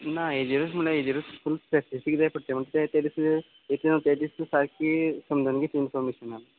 ना हेजेरूच म्हणल्यार हेजेरूच कोन स्पॅसिफीक जाय पट्टे म्हण तें ते दीस एक ते दीस सारकी समजून घेत इन्फॉमेशनान